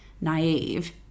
naive